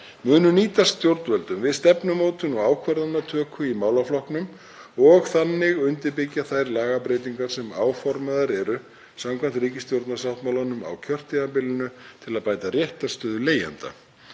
munu nýtast stjórnvöldum við stefnumótun og ákvarðanatöku í málaflokknum og þannig undirbyggja þær lagabreytingar sem áformaðar eru samkvæmt ríkisstjórnarsáttmálanum á kjörtímabilinu til að bæta réttarstöðu leigjenda.